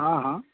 हँ हँ